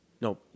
no